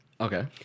Okay